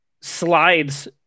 slides